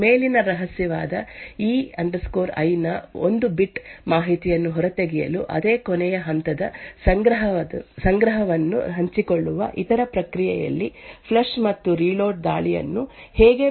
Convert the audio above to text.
ಮೇಲಿನ ರಹಸ್ಯವಾದ E I E i ನ ಒಂದು ಬಿಟ್ ಮಾಹಿತಿಯನ್ನು ಹೊರತೆಗೆಯಲು ಅದೇ ಕೊನೆಯ ಹಂತದ ಸಂಗ್ರಹವನ್ನು ಹಂಚಿಕೊಳ್ಳುವ ಇತರ ಪ್ರಕ್ರಿಯೆಯಲ್ಲಿ ಫ್ಲಶ್ ಮತ್ತು ರೀಲೋಡ್ ದಾಳಿಯನ್ನು ಹೇಗೆ ಬಳಸಬಹುದೆಂದು ಈಗ ನಾವು ನೋಡುತ್ತೇವೆ